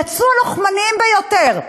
יצאו הלוחמניים ביותר,